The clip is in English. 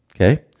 okay